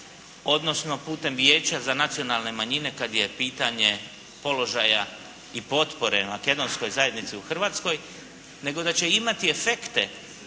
odnosno putem Vijeća za nacionalne manjine kad je pitanje položaja i potpore Makedonskoj zajednici u Hrvatskoj nego da će imati efekte